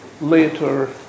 later